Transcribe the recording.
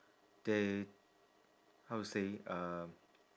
they how to say uh